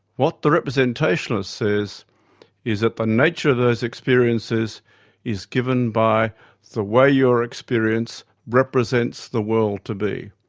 what the representationalist says is that the nature of those experiences is given by the way your experience represents the world to be.